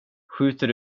skjuter